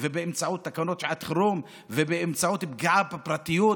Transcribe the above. ובאמצעות תקנות שעת חירום ובאמצעות פגיעה בפרטיות,